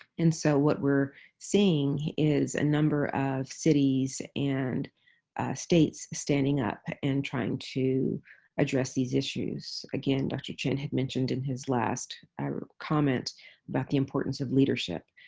and so what we're seeing is a number of cities and states standing up and trying to address these issues. again, dr. chin had mentioned in his last comment about the importance of leadership,